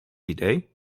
idee